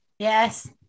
Yes